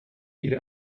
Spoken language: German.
ihre